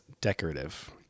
decorative